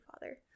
father